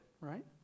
right